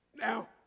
Now